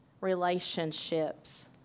relationships